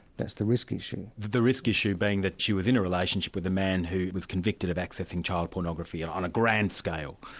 that's the risk issue. the risk issue being that she was in a relationship with a man who was convicted of accessing child pornography and on a grand scale.